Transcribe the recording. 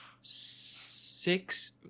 six